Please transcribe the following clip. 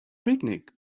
picnic